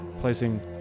placing